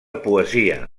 poesia